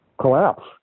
collapse